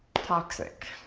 toxic,